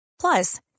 Plus